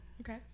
okay